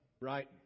right